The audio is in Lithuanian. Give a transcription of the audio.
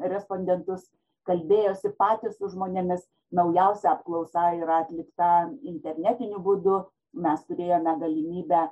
respondentus kalbėjosi patys su žmonėmis naujausia apklausa yra atlikta internetiniu būdu mes turėjome galimybę